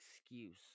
excuse